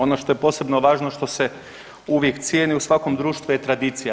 Ono što je posebno važno što se uvijek cijeni u svakom društvu je tradicija.